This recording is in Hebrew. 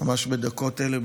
ממש בדקות אלה,